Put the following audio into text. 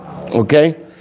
Okay